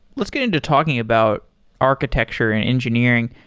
let's get into talking about architecture and engineering.